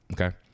okay